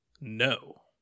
No